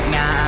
Now